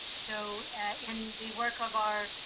so in the work of our